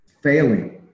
failing